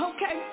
Okay